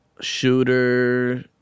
Shooter